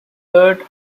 third